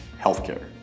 healthcare